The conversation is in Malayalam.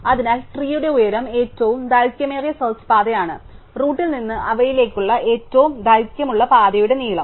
അതിനാൽ ട്രീയുടെ ഉയരം ഏറ്റവും ദൈർഘ്യമേറിയ സെർച്ച് പാതയാണ് റൂട്ടിൽ നിന്ന് അവയിലേക്കുള്ള ഏറ്റവും ദൈർഘ്യമേറിയ പാതയുടെ നീളം